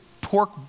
pork